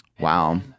Wow